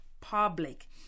public